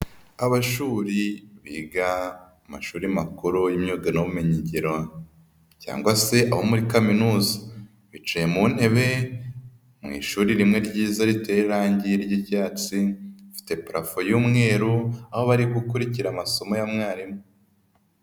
Abashuri biga mu mashuri makuru y'imyuga n'ubumenyigiro cyangwa se abo muri kaminuza, bicaye mu ntebe mu ishuri rimwe ryiza ritera irangi ry'icyatsi rifite parafo y'umweru, aho bari gukurikira amasomo ya mwarimu.